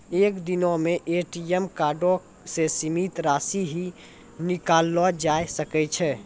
एक दिनो मे ए.टी.एम कार्डो से सीमित राशि ही निकाललो जाय सकै छै